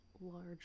large